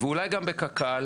ואולי גם בקק"ל